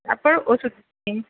তারপর ওষুধ নিন